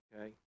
okay